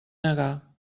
negar